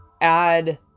add